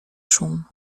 szum